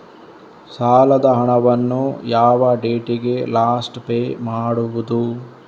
ಸಾಲದ ಹಣವನ್ನು ಯಾವ ಡೇಟಿಗೆ ಲಾಸ್ಟ್ ಪೇ ಮಾಡುವುದು?